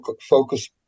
focus